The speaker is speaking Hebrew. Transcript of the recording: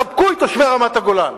חבקו את תושבי רמת-הגולן.